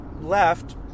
left